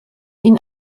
ihn